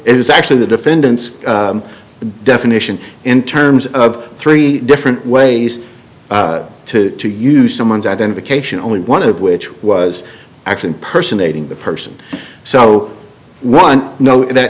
is actually the defendant's definition in terms of three different ways to to use someone's identification only one of which was actually personating the person so one note that